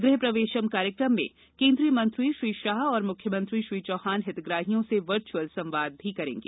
गृह प्रवेशम् कार्यक्रम में केन्द्रीय मंत्री श्री शाह एवं मुख्यमंत्री श्री चौहान हितग्राहियों से वर्चुअल संवाद भी करेंगे